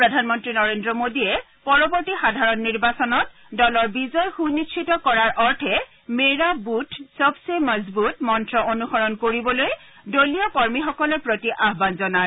প্ৰধানমন্ত্ৰী নৰেন্দ্ৰ মোদীয়ে পৰৱৰ্তী সাধাৰণ নিৰ্বাচনত দলৰ বিজয় সুনিশ্চিত কৰাৰ অৰ্থে 'মেৰা বৃথ সবসে মজবুত' মন্ত্ৰ অনুসৰণ কৰিবলৈ দলীয় কৰ্মীসকলৰ প্ৰতি আয়ান জনায়